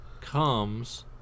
comes